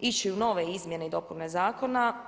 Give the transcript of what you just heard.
ići u nove izmjene i dopune zakona.